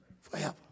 Forever